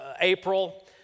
April